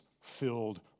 filled